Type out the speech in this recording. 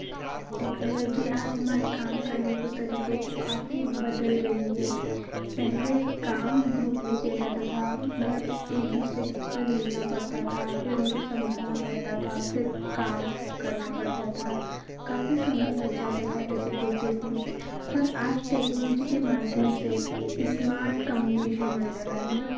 technology आज हमारे काम करने के तरीकों को काफ़ी बदल रही है पहले काम ग्रुप में किया जाता था मतलब एक दूसरे किसी से मिलना पड़ता था फिर उनको समझाना पड़ता था फिर काम करना पड़ता था काफ़ी समय लग जाता था ऐसे प्रोसेस में पर आज टेक्नोलॉजी के माध्यम से इस्मार्ट कम्यूनिकेशन होने लगा है मतलब